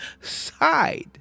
side